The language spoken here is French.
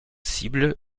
cible